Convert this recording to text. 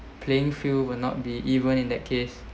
playing field will not be even in that case